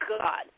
God